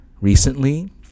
recently